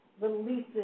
releases